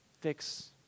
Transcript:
Fix